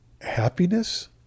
happiness